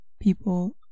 people